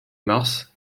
mars